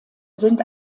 sind